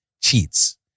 cheats